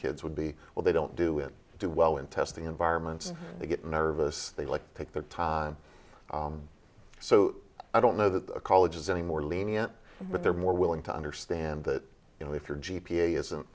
kids would be well they don't do it do well in testing environments they get nervous they like to take their time so i don't know that a college is any more lenient but they're more willing to understand that you know if your g p a isn't